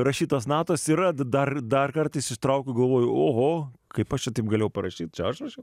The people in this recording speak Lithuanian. rašytos natos yra dar dar kartais jas ištraukiu galvoju oho kaip aš šitaip galėjau parašyt čia aš rašiau